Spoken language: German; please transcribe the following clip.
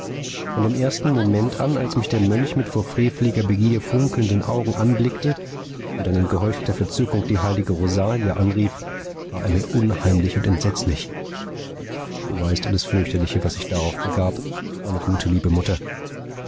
von dem ersten moment an als mich der mönch mit vor freveliger begier funkelnden augen anblickte und dann in geheuchelter verzückung die heilige rosalia anrief war er mir unheimlich und entsetzlich du weißt alles fürchterliche was sich darauf begab meine gute liebe mutter